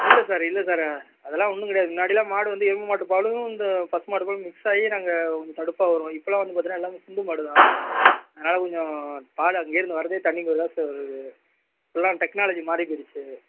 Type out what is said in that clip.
இல்லை சார் இல்லை சார் அதெல்லாம் ஒன்றும் கிடையாது முன்னாடில்லாம் மாடு வந்து எருமை மாட்டு பாலும் இந்த பசு மாட்டு பாலும் மிக்ஸ் ஆயி நாங்கள் கொஞ்சம் தடுப்பாக வரும் இப்போல்லாம் வந்து பார்த்தீங்கன்னா எல்லாமே சிந்து மாடு தான் அதனால் கொஞ்சம் பாலு அங்கேர்ந்து வரதே தண்ணி மாரிதான் சார் வருது எல்லாம் டெக்னாலஜி மாறி போய்டுச்சு